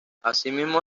asimismo